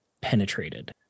penetrated